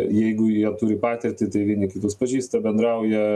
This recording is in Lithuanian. jeigu jie turi patirtį tai vieni kitus pažįsta bendrauja